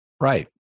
right